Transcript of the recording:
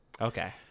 Okay